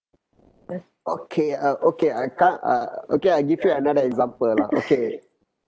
okay ah okay I can't uh okay I give you another example lah okay